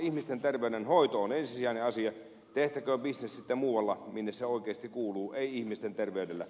ihmisten terveydenhoito on ensisijainen asia tehtäköön bisnes sitten muualla minne se oikeasti kuuluu ei ihmisten terveydellä